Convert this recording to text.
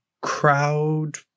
crowd